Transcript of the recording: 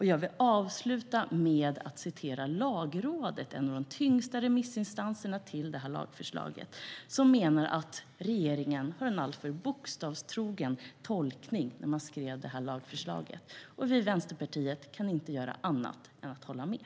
Jag vill avsluta med att hänvisa till Lagrådet, en av de tyngsta remissinstanserna till det här förslaget. Lagrådet menar att regeringen hade en alltför bokstavstrogen tolkning när man skrev lagförslaget. Vi i Vänsterpartiet kan inte göra annat än att hålla med.